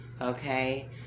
okay